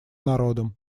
народом